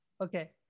Okay